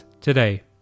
today